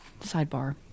Sidebar